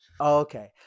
Okay